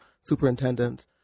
superintendent